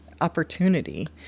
opportunity